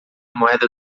moeda